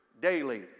daily